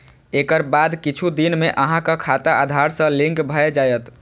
एकर बाद किछु दिन मे अहांक खाता आधार सं लिंक भए जायत